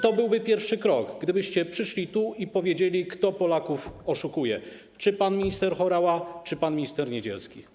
To byłby pierwszy krok, gdybyście przyszli tu i powiedzieli, kto oszukuje Polaków: pan minister Horała czy pan minister Niedzielski.